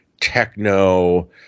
techno